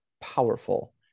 powerful